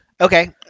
Okay